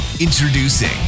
introducing